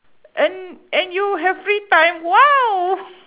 and and you have free time !wow!